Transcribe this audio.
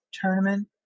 tournament